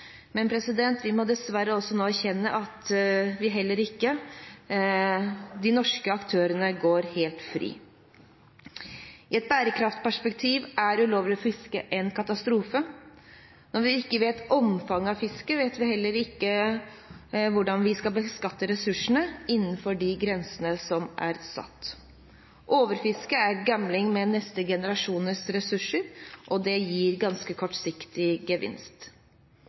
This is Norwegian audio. Men vi må dessverre også erkjenne at heller ikke de norske aktørene går helt fri. I et bærekraftperspektiv er ulovlig fiske en katastrofe. Når vi ikke vet omfanget av fisket, vet vi heller ikke hvordan vi skal beskatte ressursene innenfor de grensene som er satt. Overfiske er gambling med neste generasjoners ressurser, og det gir ganske kortsiktig gevinst.